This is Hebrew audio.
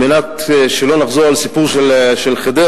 כדי שלא נחזור על הסיפור של חדרה,